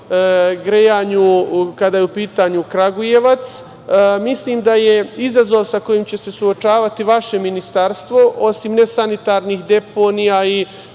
grejanju kada je u pitanju Kragujevac. Mislim da izazov sa kojim će se suočavati vaše Ministarstvo, osim nesanitarnih deponija i